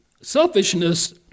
Selfishness